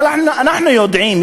אבל אנחנו יודעים,